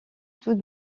tout